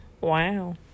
Wow